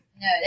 no